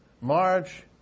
march